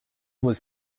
was